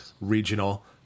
regional